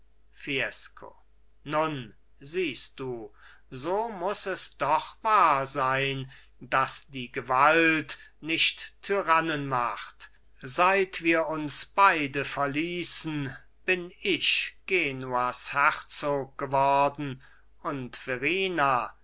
nun siehst du so muß es doch wahr sein daß die gewalt nicht tyrannen macht seit wir uns beide verließen bin ich genuas herzog geworden und